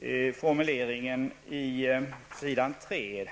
par formuleringar på s. 3 i svaret.